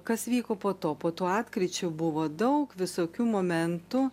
o kas vyko po to po to atkryčio buvo daug visokių momentų